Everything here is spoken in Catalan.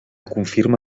confirma